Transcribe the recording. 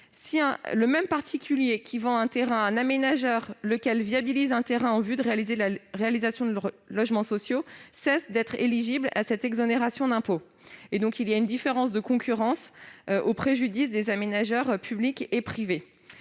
le même particulier qui vend un terrain à un aménageur, lequel viabilise un terrain en vue de la réalisation de logements sociaux, cesse d'être éligible à cette exonération d'impôt. Cela affecte la concurrence au préjudice des aménageurs publics et privés.